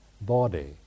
body